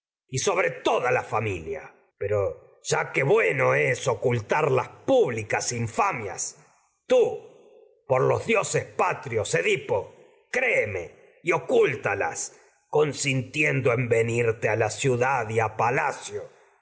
sobre sobre toda la familia pero que bueno ocultar las públicas y infamias tú por los dioses patrios en edipo créeme ciudad y a ocúltalas consintiendo a venirte a la palacio